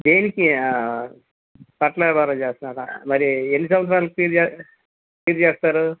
దేనికి బట్టల వ్యాపారం చేస్తున్నారా మరి ఎన్ని సంవత్సరాలకి క్లియర్ చే క్లియర్ చేస్తారు